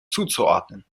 zuzuordnen